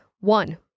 One